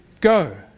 go